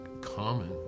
common